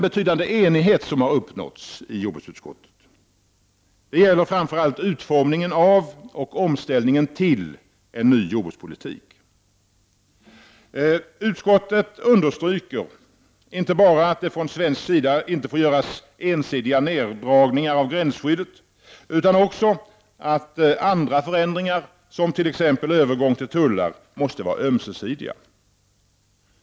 Enighet har däremot uppnåtts om utformningen av och omställningen till en ny jordbrukspolitik. Utskottet understryker inte bara att det från svensk sida inte får göras ensidiga neddragningar av gränsskyddet utan också att andra förändringar, som t.ex. övergång till tullar, måste vara ömsesidiga.